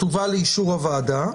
תובא לאישור הוועדה,